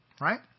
right